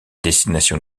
destinations